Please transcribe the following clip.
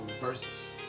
versus